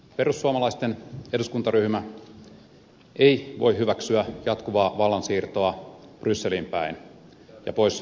perussuomalaisten eduskuntaryhmä ei voi hyväksyä jatkuvaa vallansiirtoa brysseliin päin ja pois suomesta